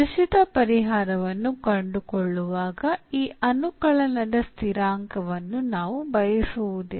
ನಿಶ್ಚಿತ ಪರಿಹಾರವನ್ನು ಕಂಡುಕೊಳ್ಳುವಾಗ ಈ ಅನುಕಲನದ ಸ್ಥಿರಾಂಕವನ್ನು ನಾವು ಬಯಸುವುದಿಲ್ಲ